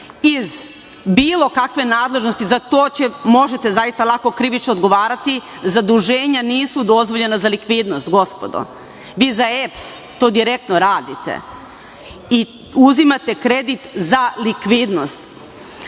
iz bilo kakve nadležnosti, za to možete zaista lako krivično odgovarati, zaduženja nisu dozvoljena za likvidnost, gospodo. Vi za EPS to direktno radite i uzimate kredit za likvidnost. Dalje